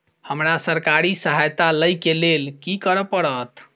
हमरा सरकारी सहायता लई केँ लेल की करऽ पड़त?